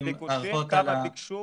כמה ביקשו